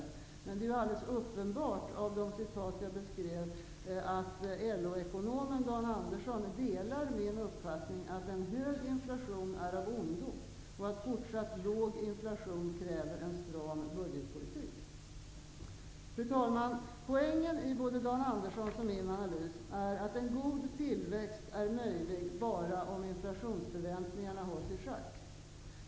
Av de citat som jag beskrev är det alldeles uppenbart att LO-ekonomen Dan Andersson delar min uppfattning att en hög inflation är av ondo och att en fortsatt låg inflation kräver en stram budgetpolitik. Fru talman! Poängen både i Dan Anderssons och i min analys är att en god tillväxt är möjlig bara om inflationsförväntningarna hålls i schack.